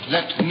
Let